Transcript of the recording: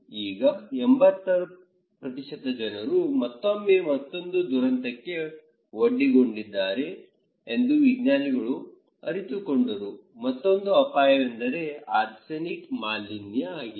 ಈಗ 80 ಜನರು ಮತ್ತೊಮ್ಮೆ ಮತ್ತೊಂದು ದುರಂತಕ್ಕೆ ಒಡ್ಡಿಕೊಂಡಿದ್ದಾರೆ ಎಂದು ವಿಜ್ಞಾನಿಗಳು ಅರಿತುಕೊಂಡರು ಮತ್ತೊಂದು ಅಪಾಯವೆಂದರೆ ಆರ್ಸೆನಿಕ್ ಮಾಲಿನ್ಯ ಆಗಿದೆ